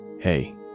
hey